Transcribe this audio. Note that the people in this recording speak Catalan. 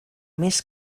més